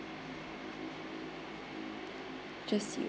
just you